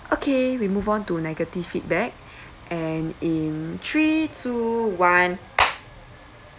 okay we move on to negative feedback and in three two one